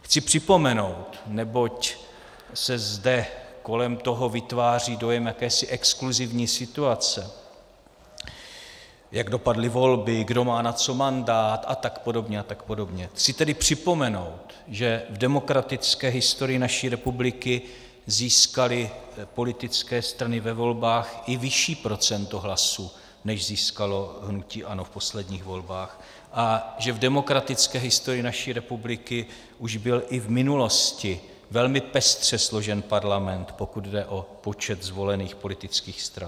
Chci připomenout, neboť se zde kolem toho vytváří dojem jakési exkluzivní situace, jak dopadly volby, kdo má na co mandát atp., chci tedy připomenout, že v demokratické historii naší republiky získaly politické strany ve volbách i vyšší procento hlasů, než získalo hnutí ANO v posledních volbách, a že v demokratické historii naší republiky už byl i v minulosti velmi pestře složen parlament, pokud jde o počet zvolených politických stran.